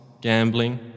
gambling